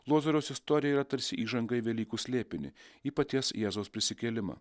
lozoriaus istorija yra tarsi įžanga į velykų slėpinį į paties jėzaus prisikėlimą